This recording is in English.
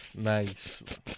Nice